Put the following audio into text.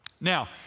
Now